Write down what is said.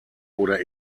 oder